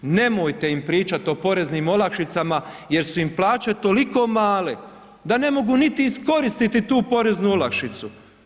Nemojte im pričati o poreznim olakšicama jer su im plaće toliko male da ne mogu niti iskoristiti tu poreznu olakšicu.